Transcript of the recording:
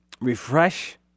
refresh